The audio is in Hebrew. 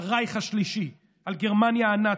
הרייך השלישי, על גרמניה הנאצית.